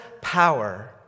power